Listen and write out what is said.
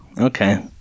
Okay